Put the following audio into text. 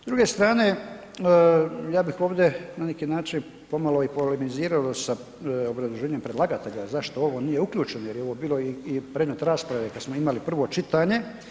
S druge strane ja bih ovdje na neki način pomalo i polemizirao i sa obrazloženjem predlagatelja zašto ovo nije uključeno jer je ovo bilo predmet rasprave kad smo imali prvo čitanje.